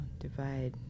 divide